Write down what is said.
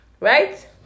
right